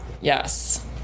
yes